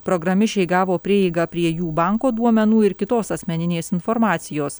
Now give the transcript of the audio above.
programišiai gavo prieigą prie jų banko duomenų ir kitos asmeninės informacijos